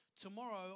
Tomorrow